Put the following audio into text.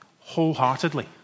Wholeheartedly